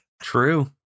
True